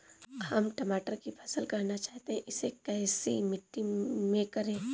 हम टमाटर की फसल करना चाहते हैं इसे कैसी मिट्टी में करें?